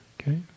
Okay